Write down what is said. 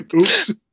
Oops